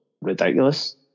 ridiculous